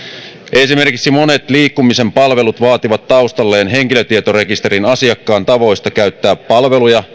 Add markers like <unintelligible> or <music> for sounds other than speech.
esimerkiksi monet liikkumisen palvelut vaativat taustalleen henkilötietorekisterin asiakkaan tavoista käyttää palveluja <unintelligible>